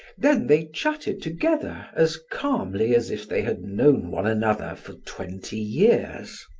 then they chatted together as calmly as if they had known one another for twenty years.